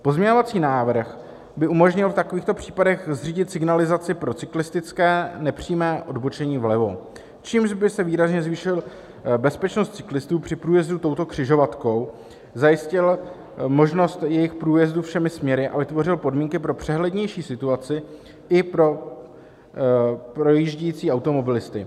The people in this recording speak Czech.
Pozměňovací návrh by umožnil v takovýchto případech zřídit signalizaci pro cyklistické nepřímé odbočení vlevo, čímž by se výrazně zvýšila bezpečnost cyklistů při průjezdu touto křižovatkou, zajistila by se možnost jejich průjezdu všemi směry a vytvořily by se podmínky pro přehlednější situaci i pro projíždějící automobilisty.